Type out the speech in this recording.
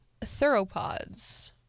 theropods